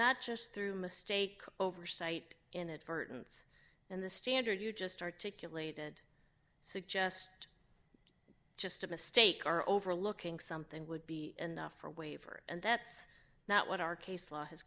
not just through mistake oversight inadvertence and the standard you just articulated suggest just a mistake are overlooking something would be enough for a waiver and that's not what our case law has